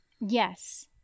Yes